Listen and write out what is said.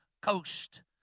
coast